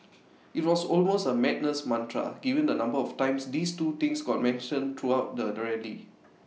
IT was almost A madness mantra given the number of times these two things got mentioned throughout the rally